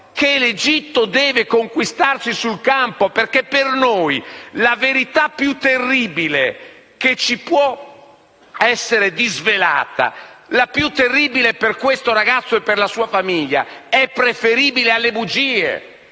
che l'Egitto devo conquistarsi sul campo. Infatti per noi la verità più terribile che può esserci disvelata, la più terribile per questo ragazzo e per la sua famiglia, è preferibile alle bugie.